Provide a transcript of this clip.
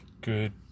good